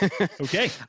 Okay